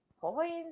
point